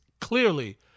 clearly